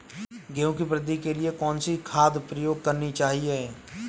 गेहूँ की वृद्धि के लिए कौनसी खाद प्रयोग करनी चाहिए?